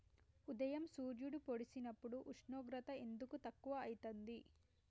ఉదయం సూర్యుడు పొడిసినప్పుడు ఉష్ణోగ్రత ఎందుకు తక్కువ ఐతుంది?